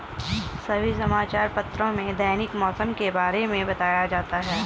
सभी समाचार पत्रों में दैनिक मौसम के बारे में बताया जाता है